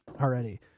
already